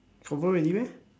confirm already meh